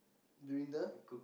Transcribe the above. during the